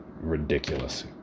ridiculous